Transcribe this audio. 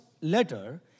letter